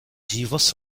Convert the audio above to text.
jeeves